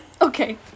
Okay